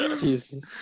Jesus